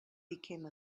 became